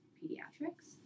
pediatrics